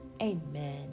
Amen